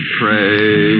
pray